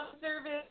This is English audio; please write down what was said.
service